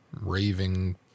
raving